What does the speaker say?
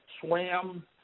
swam